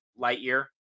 Lightyear